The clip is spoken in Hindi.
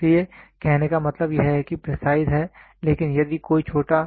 इसलिए कहने का मतलब यह है कि वह प्रिसाइज है लेकिन यदि कोई छोटा